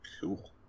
Cool